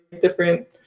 different